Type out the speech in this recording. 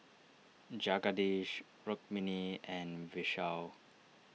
Jagadish Rukmini and Vishal